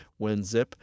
WinZip